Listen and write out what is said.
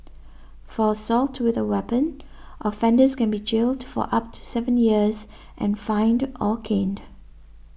for assault with a weapon offenders can be jailed for up to seven years and fined or caned